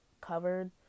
covered